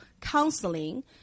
counseling